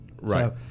Right